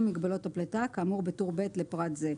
מגבלות הפליטה כאמור בטור ב' לפרט זה".